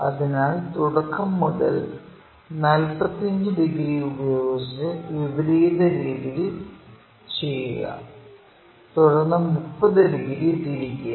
അതിനാൽ തുടക്കം മുതൽ 45 ഡിഗ്രി ഉപയോഗിച്ച് വിപരീത രീതിയിൽ ചെയ്യുക തുടർന്ന് 30 ഡിഗ്രി തിരിക്കുക